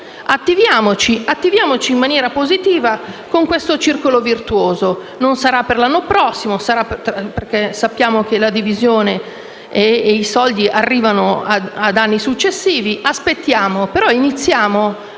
attiviamoci in maniera positiva con questo circolo virtuoso. Non sarà per l'anno prossimo, perché sappiamo che i finanziamenti arrivano negli anni successivi, quindi aspettiamo; però iniziamo,